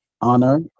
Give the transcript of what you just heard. honor